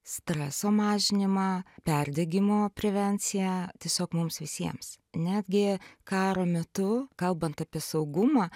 streso mažinimą perdegimo prevenciją tiesiog mums visiems netgi karo metu kalbant apie saugumą